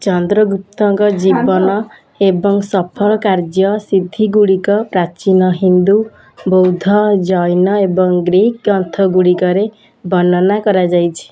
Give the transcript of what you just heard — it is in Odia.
ଚନ୍ଦ୍ରଗୁପ୍ତଙ୍କ ଜୀବନ ଏବଂ ସଫଳ କାର୍ଯ୍ୟ ସିଦ୍ଧିଗୁଡ଼ିକ ପ୍ରାଚୀନ ହିନ୍ଦୁ ବୌଦ୍ଧ ଜୈନ ଏବଂ ଗ୍ରୀକ୍ ଗ୍ରନ୍ଥଗୁଡ଼ିକରେ ବର୍ଣ୍ଣନା କରାଯାଇଛି